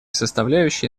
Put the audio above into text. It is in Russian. составляющей